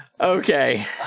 Okay